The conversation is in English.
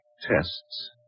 tests